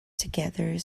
together